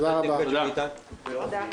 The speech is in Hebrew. תודה רבה, הישיבה נעולה.